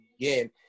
again